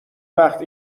وخت